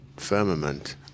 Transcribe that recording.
firmament